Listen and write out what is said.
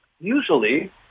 Usually